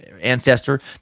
ancestor